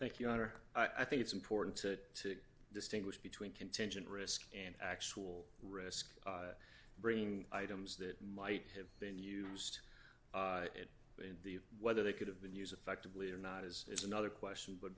thank you honor i think it's important to distinguish between contingent risk and actual risk bringing items that might have been used in the whether they could have been using affectively or not is is another question but